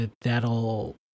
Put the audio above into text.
that'll